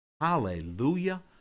Hallelujah